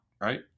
right